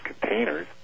containers